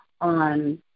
on